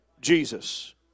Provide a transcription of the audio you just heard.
Jesus